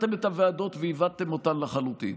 לקחתם את הוועדות ועיוותם אותן לחלוטין,